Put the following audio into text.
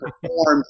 performs